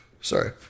Sorry